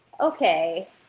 Okay